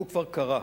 הוא כבר קרה.